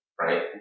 right